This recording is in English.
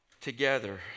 Together